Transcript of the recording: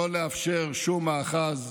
לא לאפשר שום מאחז.